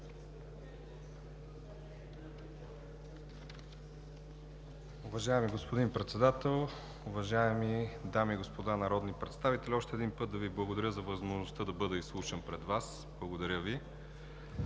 Уважаеми господин Председател, уважаеми дами и господа народни представители! Още един път Ви благодаря за възможността да бъда изслушан пред Вас. Благодаря Ви!